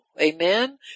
Amen